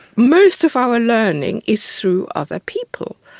most of our learning is through other people.